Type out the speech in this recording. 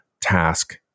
task